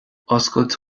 oscailt